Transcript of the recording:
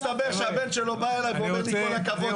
בסוף יסתבר שהבן שלו בא אליי ואומר לי: כל הכבוד,